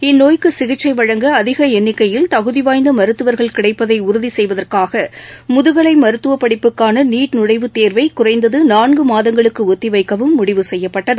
இந்நோய் சிகிச்சை வழங்க அதிக எண்ணிக்கையில் தகுதிவாய்ந்த மருத்துவர்கள் கிடைப்பதை உறுதி செய்வதற்காக முதுகலை மருத்துவப் படிப்புக்கான நீட் நுழைவுத் தேர்வை குறைந்தது நான்கு மாதங்களுக்கு ஒத்திவைக்கவும் முடிவு செய்யப்பட்டுள்ளது